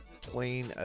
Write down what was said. playing